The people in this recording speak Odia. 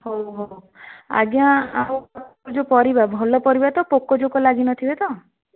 ହଉ ହଉ ଆଜ୍ଞା ଆଉ ଆପଣଙ୍କର ଯୋଉ ପରିବା ଭଲ ପରିବା ତ ପୋକ ଜୋକ ଲାଗିନଥିବେ ତ